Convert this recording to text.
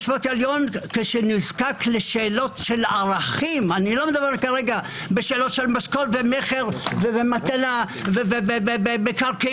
כשנזקק לשאלות של ערכים אני לא מדבר בשאלות של מכר ומתנה ומקרקעין,